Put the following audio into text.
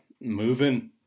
moving